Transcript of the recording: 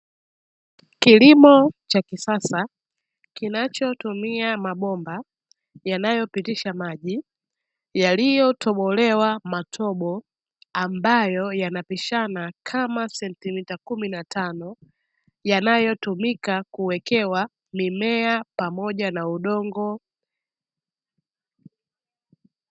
Kilimo cha kisasa kinachotumia mabomba yanayopitisha maji, yaliyotobolewa matobo ambayo yanapishana kama sentimita kumi na tano, yanayotumika kuwekewa mimea pamoja na udongo.